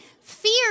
fear